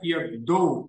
tiek daug